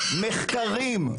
מחקרים,